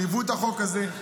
שליוו את החוק הזה,